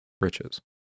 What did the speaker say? riches